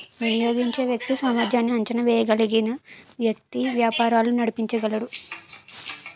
వినియోగించే వ్యక్తి సామర్ధ్యాన్ని అంచనా వేయగలిగిన వ్యక్తి వ్యాపారాలు నడిపించగలడు